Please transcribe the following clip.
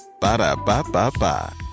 Ba-da-ba-ba-ba